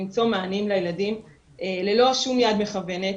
כדי למצוא מענים לילדים ללא שום חד מכוונת,